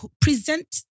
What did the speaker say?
present